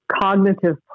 cognitive